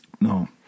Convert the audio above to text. No